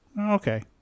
okay